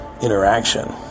interaction